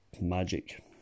magic